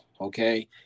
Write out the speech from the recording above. okay